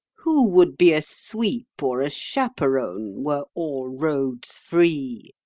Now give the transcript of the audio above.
who would be a sweep or a chaperon, were all roads free?